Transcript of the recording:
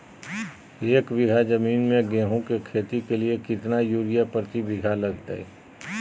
एक बिघा जमीन में गेहूं के खेती के लिए कितना यूरिया प्रति बीघा लगतय?